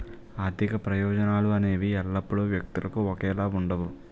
ఆర్థిక ప్రయోజనాలు అనేవి ఎల్లప్పుడూ వ్యక్తులకు ఒకేలా ఉండవు